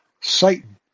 Satan